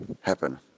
happen